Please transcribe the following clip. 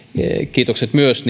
kiitokset myös